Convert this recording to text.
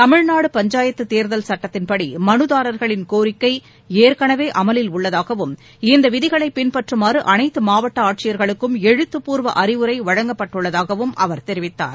தமிழ்நாடு பஞ்சாயத்து தேர்தல் சுட்டத்தின்படி மலுதாரர்களின் கோரிக்கை ஏற்கனவே அமலில் உள்ளதாகவும் இந்த விதிகளை பின்பற்றுமாறு அனைத்து மாவட்ட ஆட்சியர்களுக்கும் எழுத்துபூர்வ அறிவுரை வழங்கப்பட்டுள்ளதாகவும் அவர் தெரிவித்தார்